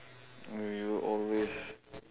you you always